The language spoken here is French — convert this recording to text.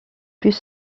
plus